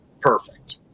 Perfect